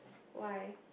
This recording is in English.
why